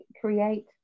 create